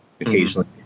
occasionally